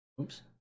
oops